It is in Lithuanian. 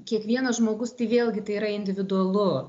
kiekvienas žmogus tai vėlgi tai yra individualu